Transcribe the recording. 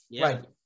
Right